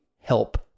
help